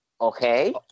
Okay